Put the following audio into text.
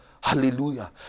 Hallelujah